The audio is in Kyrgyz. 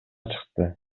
чыкты